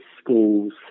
schools